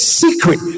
secret